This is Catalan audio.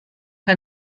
que